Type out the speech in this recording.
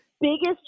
Biggest